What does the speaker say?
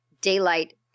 daylight